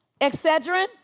Excedrin